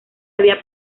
había